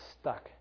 stuck